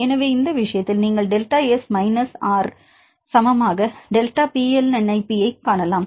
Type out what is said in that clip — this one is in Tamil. எனவே இந்த விஷயத்தில் நீங்கள் delta S I minus R க்கு சமமாக delta P I L N P I காணலாம்